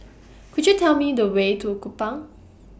Could YOU Tell Me The Way to Kupang